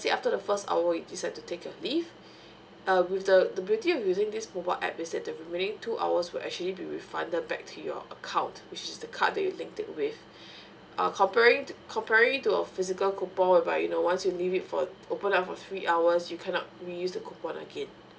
after the first hour you decide to take your leave err with the the beauty of using this mobile app is that the remaining two hours will actually be refunded back to your account which is the card that you link it with uh comparing to comparing to a physical coupon whereby you know once you leave it for open up for three hours you cannot re used the coupon again